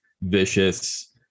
vicious